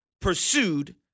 pursued